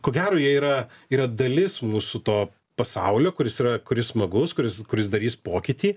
ko gero jie yra yra dalis mūsų to pasaulio kuris yra kuris smagus kuris kuris darys pokytį